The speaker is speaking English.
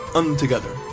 untogether